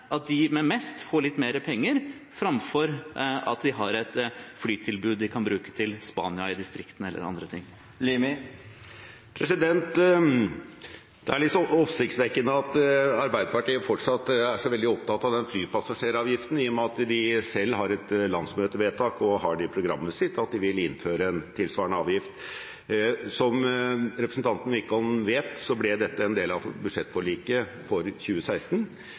at de med mest får litt mer penger, framfor at vi i distriktene har et flytilbud en kan bruke til Spania, eller andre ting? Det er litt oppsiktsvekkende at Arbeiderpartiet fortsatt er så veldig opptatt av den flypassasjeravgiften, i og med at de selv har et landsmøtevedtak og har i programmet sitt at de vil innføre en tilsvarende avgift. Som representanten Wickholm vet, ble dette en del av budsjettforliket for 2016